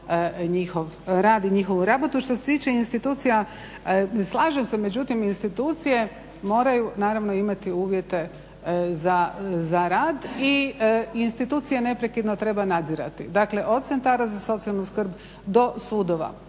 …/Govornik se ne razumije./…. Što se tiče institucija, slažem se. Međutim inistitucije moraju naravno imati uvjete za rad i institucije neprekidno treba nadzirati. Dakle od centara za socijalnu skrb do sudova.